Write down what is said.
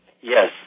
Yes